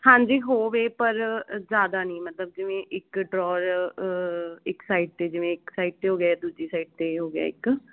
ਹਾਂਜੀ ਹੋਵੇ ਪਰ ਜਿਆਦਾ ਨਹੀਂ ਮਤਲਬ ਜਿਵੇਂ ਇੱਕ ਡਰੋਰ ਇੱਕ ਸਾਈਡ ਤੇ ਜਿਵੇਂ ਇੱਕ ਸਾਈਡ ਤੇ ਹੋ ਗਿਆ ਦੂਜੀ ਸਾਈਡ ਤੇ ਹੋ ਗਿਆ ਇੱਕ